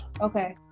okay